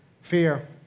fear